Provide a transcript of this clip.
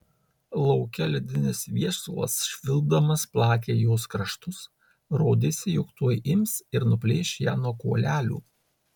lauke ledinis viesulas švilpdamas plakė jos kraštus rodėsi jog tuoj ims ir nuplėš ją nuo kuolelių